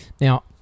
Now